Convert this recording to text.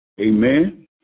Amen